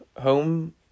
home